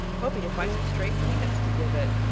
hoping to find some stray peanuts to give it.